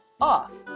off